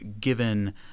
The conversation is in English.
Given